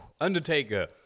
Undertaker